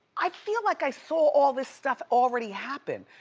i feel like i saw all this stuff already happened.